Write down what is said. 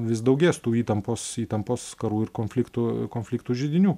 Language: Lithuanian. vis daugės tų įtampos įtampos karų ir konfliktų konfliktų židinių